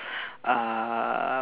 uh